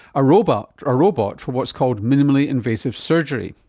ah robot ah robot for what's called minimally invasive surgery,